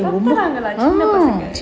சின்ன பசங்க:chinna pasanga